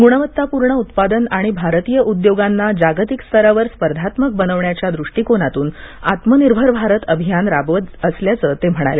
गुणवत्तापूर्ण उत्पादन आणि भारतीय उद्योगांना जागतिक स्तरावर स्पर्धात्मक बनवण्याच्या दृष्टीकोनातून आत्मनिर्भर भारत अभियान राबवलं जात असल्याचं ते म्हणाले